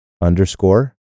underscore